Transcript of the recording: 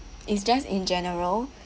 is just in general